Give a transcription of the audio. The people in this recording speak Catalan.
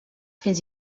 fins